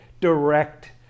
direct